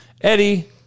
Eddie